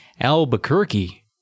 Albuquerque